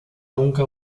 nunca